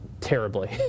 terribly